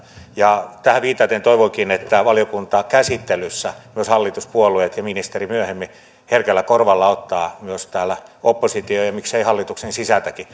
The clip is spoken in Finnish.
tähän viitaten toivonkin että valiokuntakäsittelyssä myös hallituspuolueet ja ministeri myöhemmin herkällä korvalla ottavat myös täällä oppositiosta ja miksei hallituksen sisältäkin